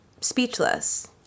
speechless